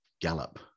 Gallop